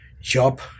job